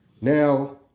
Now